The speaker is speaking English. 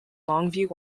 longview